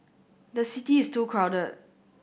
the city is too crowded